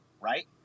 Right